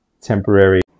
temporary